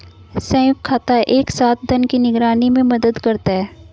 संयुक्त खाता एक साथ धन की निगरानी में मदद करता है